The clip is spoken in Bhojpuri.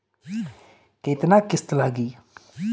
केतना किस्त लागी?